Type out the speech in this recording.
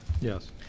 yes